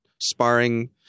sparring –